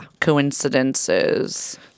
coincidences